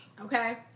okay